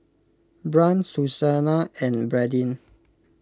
Brant Susannah and Brandyn